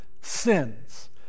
sins